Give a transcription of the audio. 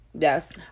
Yes